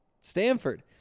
Stanford